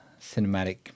cinematic